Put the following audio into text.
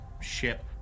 ship